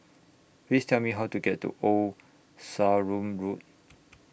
Please Tell Me How to get to Old Sarum Road